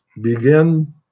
begin